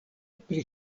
pri